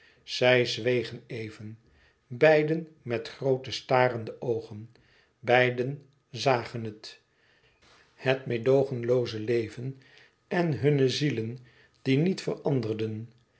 zij zwegen even beiden met groote starende oogen beiden zagen zij het het meêdoogenlooze leven en hunne zielen die niet veranderden